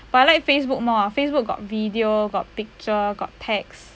but I like Facebook more ah Facebook got video got picture got text